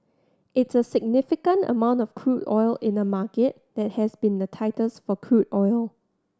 it's a significant amount of crude oil in a market that has been the tightest for crude oil